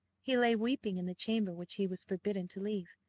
he lay weeping in the chamber which he was forbidden to leave,